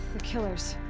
killers.